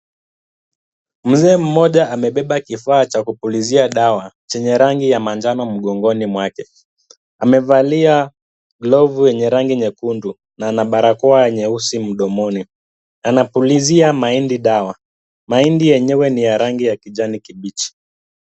Mzee mmoja amebeba kifaa cha kupulizia dawa chenye rangi ya manjano mgongoni mwake. Amevalia glovu ya rangi nyekundu na ana barakoa nyeusi mdomoni. Anapulizia mahindi dawa. Mahindi yenyewe ni ya rangi ya kijani kibichi.